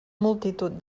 multitud